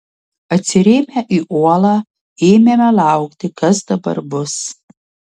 atsirėmę į uolą ėmėme laukti kas dabar bus